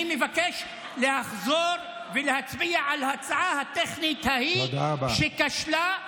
אני מבקש לחזור ולהצביע על הצבעה האלקטרונית ההיא שכשלה,